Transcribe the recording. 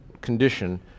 condition